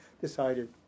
decided